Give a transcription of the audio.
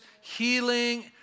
healing